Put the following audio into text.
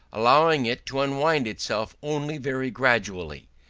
allowing it to unwind itself only very gradually,